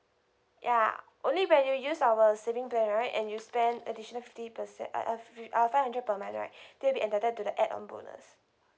ya only when you use our saving plan right and you spend additional fifty percent uh uh fif~ uh five hundred per month right then you'll be entitled to the add on bonus